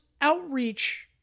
outreach